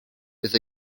with